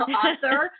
author